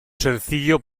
sencillo